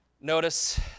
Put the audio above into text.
Notice